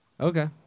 Okay